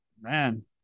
man